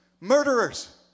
murderers